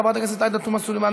חברת הכנסת עאידה תומא סלימאן,